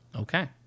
Okay